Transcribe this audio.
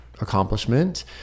accomplishment